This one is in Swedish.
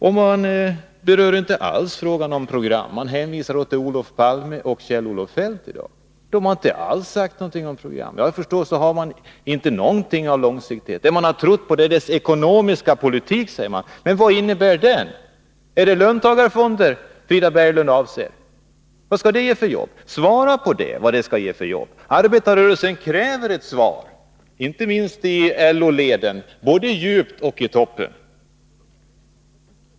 Man har här inte alls berört frågan om program. Man har hänvisat till vad Olof Palme och Kjell-Olof Feldt sagt i dag. De har inte sagt någonting alls om program. Såvitt jag kan förstå har man över huvud taget ingen långsiktig industripolitik. Vad man har trott på är den ekonomiska politiken, säger man. Men vad innebär den? Är det löntagarfonder Frida Berglund avser med det? Vad för jobb skall de ge? Svara på det! Arbetarrörelsen kräver ett svar — inte minst gäller det folket i LO-leden, både i dess djup och i dess topp.